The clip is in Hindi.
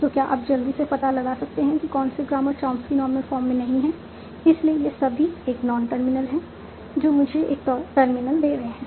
तो क्या आप जल्दी से पता लगा सकते हैं कि कौन से ग्रामर चॉम्स्की नॉर्मल फॉर्म में नहीं हैं इसलिए ये सभी एक नॉन टर्मिनल हैं जो मुझे एक टर्मिनल दे रहे हैं